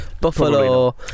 Buffalo